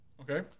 Okay